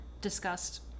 discussed